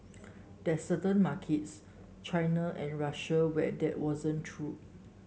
there's certain markets China and Russia where that wasn't true